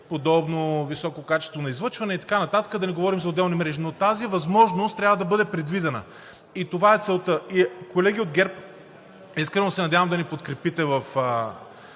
подобно високо качество на излъчване и така нататък, да не говорим за отделни мрежи. Но тази възможност трябва да бъде предвидена и това е целта. Колеги от ГЕРБ, искрено се надявам да ни подкрепите